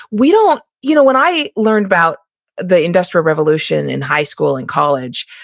we don't, you know when i learned about the industrial revolution in high school, in college,